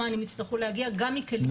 המענים יצטרכו להגיע גם מכלים נוספים.